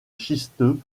schisteux